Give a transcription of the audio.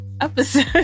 episode